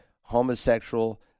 homosexual